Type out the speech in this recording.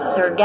Sir